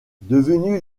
devenu